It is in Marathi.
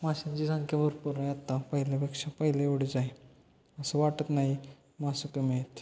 माशांची संख्या भरपूर आहे आत्ता पहिल्यापेक्षा पहिले एवढीच आहे असं वाटत नाही मासे कमी आहेत